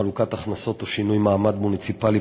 חלוקת הכנסות או שינוי מעמד מוניציפלי,